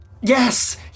Yes